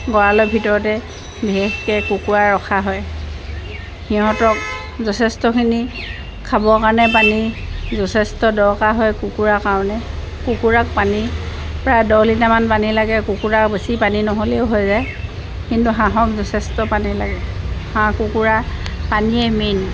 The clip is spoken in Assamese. গঁৰালৰ ভিতৰতে বিশেষকৈ কুকুৰা ৰখা হয় সিহঁতক যথেষ্টখিনি খাবৰ কাৰণে পানী যথেষ্ট দৰকাৰ হয় কুকুুৰাৰ কাৰণে কুকুৰাক পানী প্ৰায় দহলিটামান পানী লাগে কুকুৰা বেছি পানী নহ'লেও হৈ যায় কিন্তু হাঁহক যথেষ্ট পানী লাগে হাঁহ কুকুৰা পানীয়েই মেইন